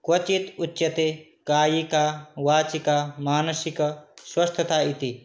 क्वचित् उच्यते कायिकवाचिकमानसिकस्वस्थता इति